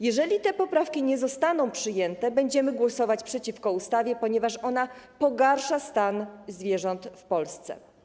Jeżeli te poprawki nie zostaną przyjęte, będziemy głosować przeciwko ustawie, ponieważ ona pogarsza stan zwierząt w Polsce.